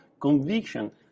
conviction